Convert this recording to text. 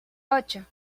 ocho